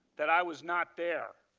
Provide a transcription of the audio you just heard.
that i was not there.